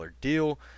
deal